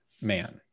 man